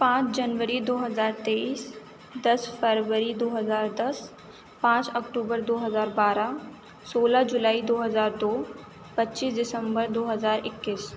پانچ جنوری دو ہزار تئیس دس فروری دو ہزار دس پانچ اکتوبر دو ہزار بارہ سولہ جولائی دو ہزار دو پچیس دسمبر دو ہزار اکیس